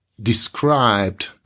described